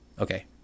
Okay